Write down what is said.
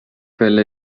پله